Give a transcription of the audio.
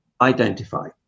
identify